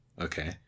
Okay